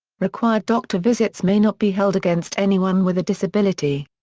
required doctor visits may not be held against anyone with a disability.